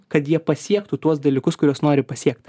kad jie pasiektų tuos dalykus kuriuos nori pasiekti